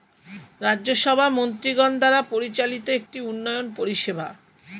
রাজ্য সভা মন্ত্রীগণ দ্বারা পরিচালিত একটি উন্নয়ন পরিষেবা